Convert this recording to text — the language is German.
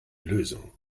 lösung